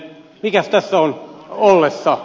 mikäs tässä on ollessa